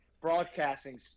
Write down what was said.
broadcasting